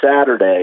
Saturday